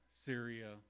Syria